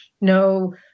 no